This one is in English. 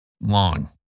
Long